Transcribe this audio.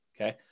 okay